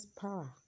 power